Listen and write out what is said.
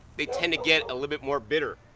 they tend to get a little bit more bitter.